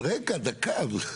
רגע, דקה.